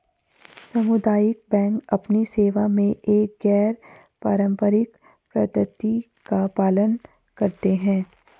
सामुदायिक बैंक अपनी सेवा में एक गैर पारंपरिक पद्धति का पालन करते हैं